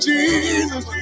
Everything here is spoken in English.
Jesus